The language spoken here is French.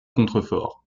contreforts